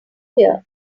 here